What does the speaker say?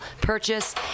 purchase